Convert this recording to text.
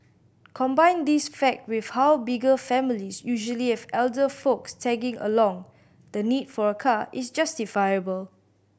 combine this fact with how bigger families usually have elderly folks tagging along the need for a car is justifiable